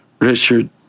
Richard